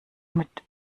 mit